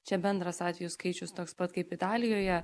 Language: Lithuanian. čia bendras atvejų skaičius toks pat kaip italijoje